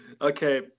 Okay